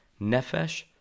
Nefesh